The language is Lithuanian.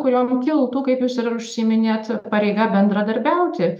kuriom kiltų kaip jūs ir užsiiminėt pareiga bendradarbiauti